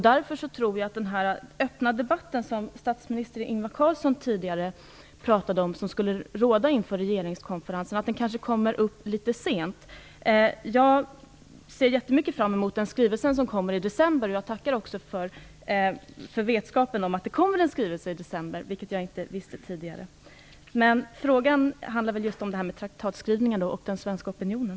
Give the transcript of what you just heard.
Därför tror jag kanske att den öppna debatt som enligt statsminister Ingvar Carlsson skulle råda inför regeringskonferensen kommer upp litet sent. Jag ser jättemycket fram emot den skrivelse som kommer i december och jag tackar för att jag nu har fått vetskap om detta - jag visste det inte tidigare. Men min fråga handlar just om detta med traktatsskrivningen och den svenska opinionen.